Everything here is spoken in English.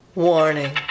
Warning